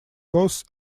course